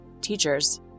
teachers